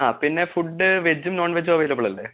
ആ പിന്നെ ഫുഡ്ഡ് വെജ്ജും നോൺ വെജ്ജും അവൈലബിൽ അല്ലെ